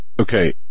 Okay